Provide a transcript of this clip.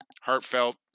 heartfelt